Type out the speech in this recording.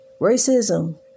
racism